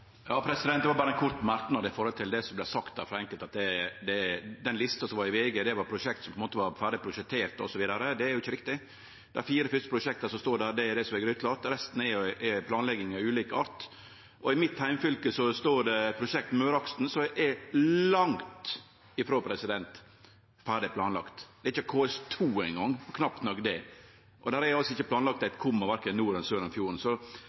det gjeld det som vart sagt her frå enkelte, at den lista som var i VG, var prosjekt som på ein måte var ferdig prosjekterte osv. Det er ikkje riktig. Dei fire fyrste prosjekta som står der, er det som er gryteklart. For resten er det planlegging av ulik art. I mitt heimfylke er det prosjekt Møreaksen, som langt ifrå er ferdig planlagt. Det er ikkje KS2 eingong – knapt nok det – og det er ikkje planlagt eit komma verken nord eller sør om fjorden. Så